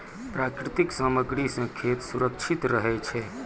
प्राकृतिक सामग्री सें खेत सुरक्षित रहै छै